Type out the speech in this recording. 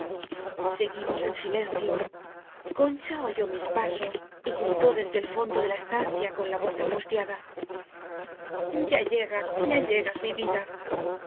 seguimos en silencio concha oyó mis pasos y gritó desde el fondo de la estancia con la voz angustiada ya llegas ya llegas mi vida